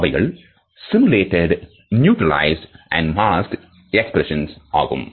அவைகள் simulated neutralized மேலும் masked expressions ஆகும்